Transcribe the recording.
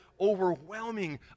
overwhelming